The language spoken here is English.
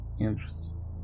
Interesting